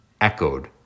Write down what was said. echoed